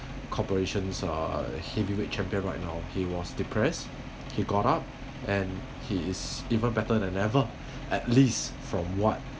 corporations a heavyweight champion right now he was depressed he got up and he is even better than ever at least from what